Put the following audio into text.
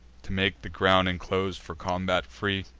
to make the ground inclos'd for combat free.